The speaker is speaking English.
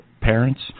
parents